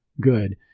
good